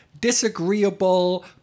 disagreeable